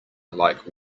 like